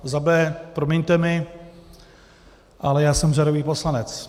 Za B, promiňte mi, ale já jsem řadový poslanec.